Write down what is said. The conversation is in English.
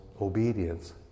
obedience